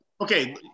Okay